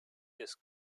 des